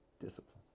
discipline